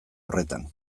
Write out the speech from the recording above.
horretan